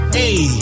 hey